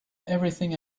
everything